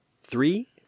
Three